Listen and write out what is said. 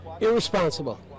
irresponsible